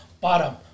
bottom